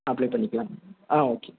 apply பண்ணிக்கலாம் ஆ okay